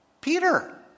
Peter